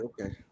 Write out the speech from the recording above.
Okay